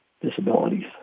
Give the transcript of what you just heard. disabilities